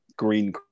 green